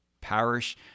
parish